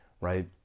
right